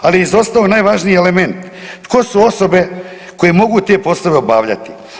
Ali je izostao najvažniji element tko su osobe koje mogu te poslove obavljati?